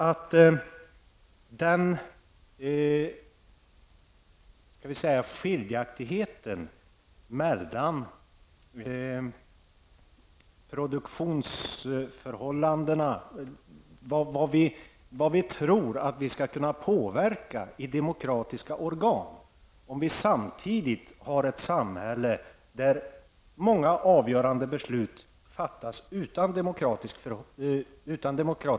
Det finns alltså en skillnad beträffande vad vi tror att vi kan påverka i demokratiska organ, om vi samtidigt har ett samhälle där många avgörande beslut fattas utan demokratisk kontroll.